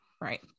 Right